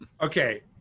Okay